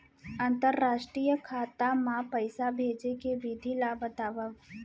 अंतरराष्ट्रीय खाता मा पइसा भेजे के विधि ला बतावव?